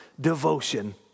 devotion